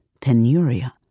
penuria